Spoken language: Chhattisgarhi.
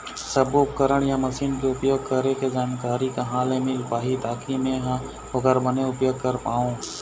सब्बो उपकरण या मशीन के उपयोग करें के जानकारी कहा ले मील पाही ताकि मे हा ओकर बने उपयोग कर पाओ?